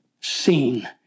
seen